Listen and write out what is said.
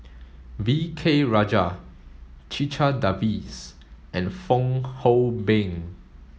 V K Rajah Checha Davies and Fong Hoe Beng